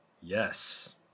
Yes